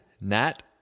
Nat